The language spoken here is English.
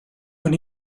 when